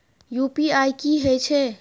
UPI की हेछे?